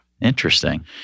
Interesting